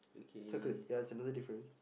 circle it ya it's another difference